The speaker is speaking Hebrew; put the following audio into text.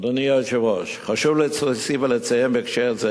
אדוני היושב-ראש, חשוב להוסיף ולציין בהקשר זה